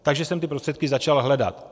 Takže jsem ty prostředky začal hledat.